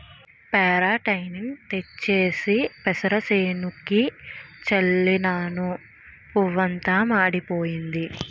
పెరాటేయిన్ తెచ్చేసి పెసరసేనుకి జల్లినను పువ్వంతా మాడిపోయింది